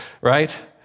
Right